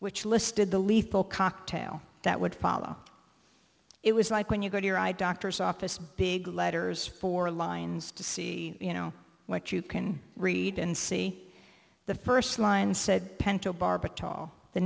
which listed the lethal cocktail that would follow it was like when you go to your eye doctor's office big letters four lines to see you know what you can read and see the first line said